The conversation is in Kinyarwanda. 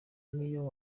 niyo